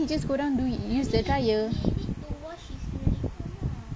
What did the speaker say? he just go down do it use the dryer